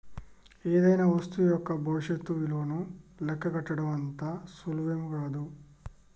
ఏదైనా వస్తువు యొక్క భవిష్యత్తు ఇలువను లెక్కగట్టడం అంత సులువేం గాదు